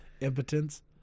Impotence